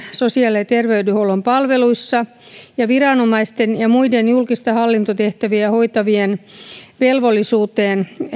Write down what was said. sosiaali ja terveydenhuollon palveluissa ja viranomaisten ja muiden julkista hallintotehtävää hoitavien velvollisuutta